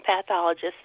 pathologist